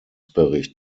bericht